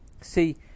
See